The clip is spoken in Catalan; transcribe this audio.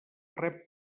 rep